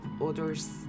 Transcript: others